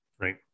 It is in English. Right